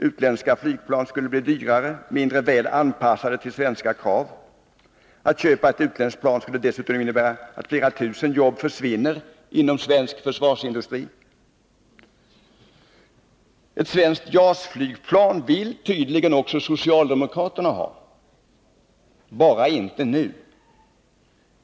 Utländska flygplan skulle bli dyrare och mindre väl anpassade till svenska krav. Att köpa ett utländskt plan skulle dessutom innebära att flera tusen jobb försvinner inom svensk försvarsindustri. Ett svenskt JAS-flygplan vill tydligen också socialdemokraterna ha, bara inte nu.